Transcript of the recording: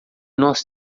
nós